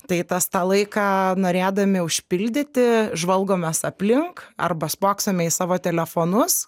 tai tas tą laiką norėdami užpildyti žvalgomės aplink arba spoksome į savo telefonus